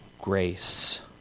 grace